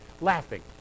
laughing